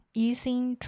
，using